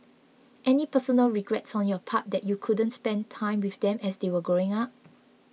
any personal regrets on your part that you couldn't spend time with them as they were growing up